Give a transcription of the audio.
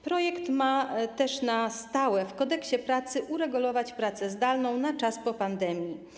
Projekt ma też na stałe w Kodeksie pracy uregulować pracę zdalną na czas po pandemii.